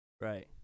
Right